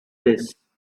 this